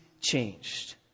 changed